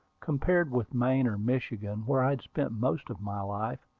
compared with maine or michigan, where i had spent most of my life,